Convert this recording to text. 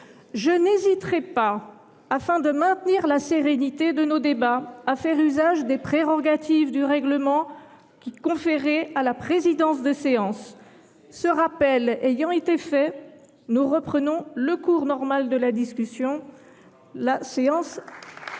Je n’hésiterai pas, pour maintenir cette sérénité, à faire usage des prérogatives du règlement qui sont conférées à la présidence de séance. Ce rappel étant fait, nous reprenons le cours normal de la discussion.